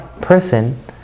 person